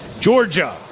Georgia